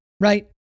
right